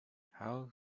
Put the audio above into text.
how